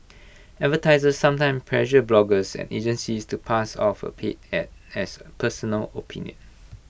advertisers sometimes pressure bloggers and agencies to pass off A paid Ad as personal opinion